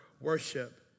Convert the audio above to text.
worship